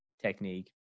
technique